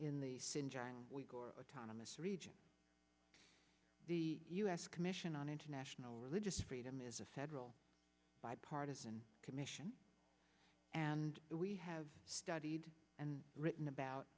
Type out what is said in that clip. singeing autonomy's region the u s commission on international religious freedom is a federal bipartisan commission and we have studied and written about